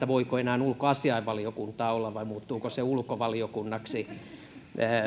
voiko enää ulkoasiainvaliokuntaa olla vai muuttuuko se ulkovaliokunnaksi